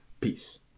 Peace